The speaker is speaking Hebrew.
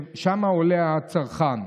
ששם עולה הצרכן.